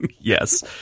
Yes